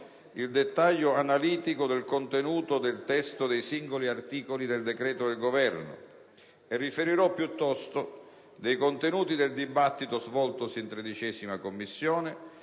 il dettaglio analitico dell'oggetto dei singoli articoli del decreto del Governo. Riferirò piuttosto dei contenuti del dibattito svoltosi in 13a Commissione